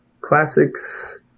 classics